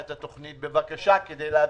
אני צריך ממך בבקשה את התכנית.